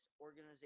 organization